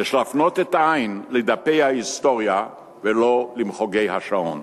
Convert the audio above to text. יש להפנות את העין לדפי ההיסטוריה ולא למחוגי השעון.